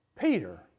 Peter